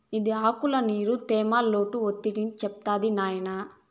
ఇది ఆకుల్ల నీరు, తేమ, లోటు ఒత్తిడిని చెప్తాది నాయినా